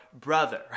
brother